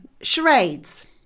charades